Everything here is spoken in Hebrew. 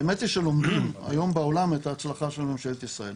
האמת היא שלומדים היום בעולם את ההצלחה של ממשלת ישראל.